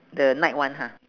the night one ha